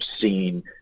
seen